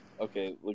Okay